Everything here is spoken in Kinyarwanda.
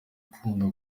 ukunda